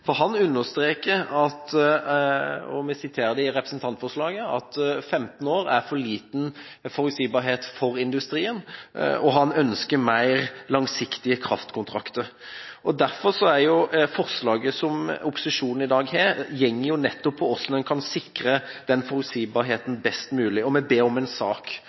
understreker, og vi siterer det altså i representantforslaget, at 15 år er for liten forutsigbarhet for industrien, og han ønsker mer langsiktige kraftkontrakter. Forslaget fra opposisjonen i dag går jo nettopp på hvordan en kan sikre den forutsigbarheten best mulig, og vi ber om en sak.